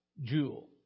jewel